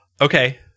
Okay